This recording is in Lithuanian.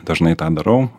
dažnai tą darau